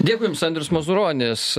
dėkui jums andrius mazuronis